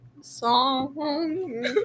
song